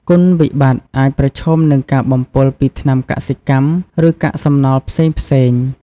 គុណវិបត្តិ អាចប្រឈមនឹងការបំពុលពីថ្នាំកសិកម្ម ឬកាកសំណល់ផ្សេងៗ។